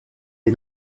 est